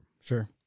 Sure